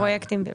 כן, לפרויקטים.